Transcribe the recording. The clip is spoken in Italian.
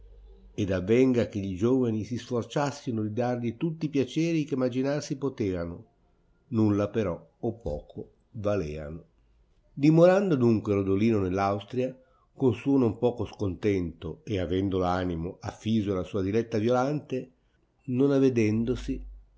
ed avenga che gli giovani si sforciassino di dargli tutti e piaceri che imaginar si potevano nulla però o poco valeano dimorando adunque rodolino nell austria con suo non poco scontento e avendo l'animo affiso alla sua diletta violante non avedendosi